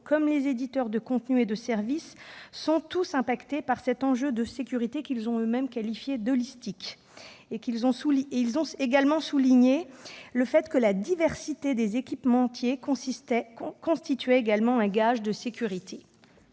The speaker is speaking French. comme les éditeurs de contenus et de services sont tous touchés par cet enjeu de sécurité qu'ils ont eux-mêmes qualifié d'holistique. Ils ont souligné que « la diversité des équipementiers constitu[ait] également un gage de sécurité